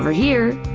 here!